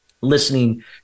listening